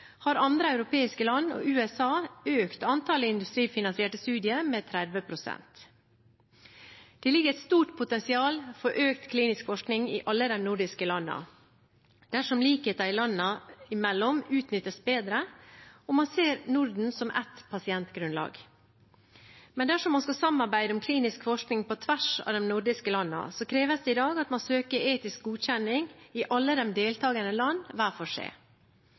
har andre europeiske land og USA økt antallet industrifinansierte studier med 30 pst. Det foreligger et stort potensial for økt klinisk forskning i alle de nordiske landene dersom likheten landene imellom utnyttes bedre og man ser Norden som ett pasientgrunnlag. Men dersom man skal samarbeide om klinisk forskning på tvers av de nordiske landene, kreves det i dag at man søker etisk godkjenning i alle de deltakende land hver for